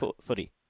footy